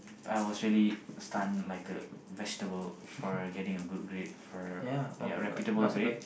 I was really stunned like a vegetable for getting a good grade for repretated rate